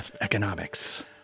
Economics